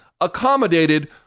accommodated